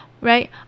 right